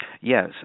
Yes